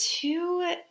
two